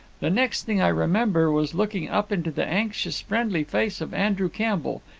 the next thing i remember was looking up into the anxious friendly face of andrew campbell,